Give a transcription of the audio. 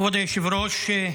כבוד היושב-ראש,